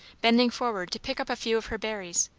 bending forward to pick up a few of her berries,